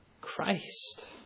Christ